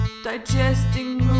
Digesting